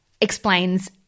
explains